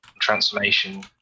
transformation